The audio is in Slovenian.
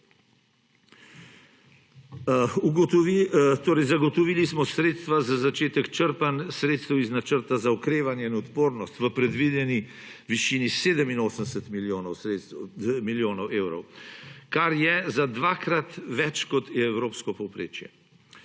Zagotovili smo sredstva za začetek črpanj sredstev iz Načrta za okrevanje in odpornost v predvideni višini 87 milijonov evrov, kar je za dvakrat več, kot je evropsko povprečje.